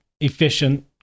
efficient